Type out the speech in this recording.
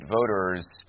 voters